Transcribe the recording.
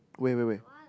where where where